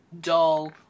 dull